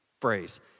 phrase